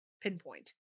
pinpoint